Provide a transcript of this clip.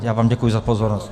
Já vám děkuji za pozornost.